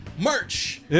Merch